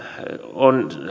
on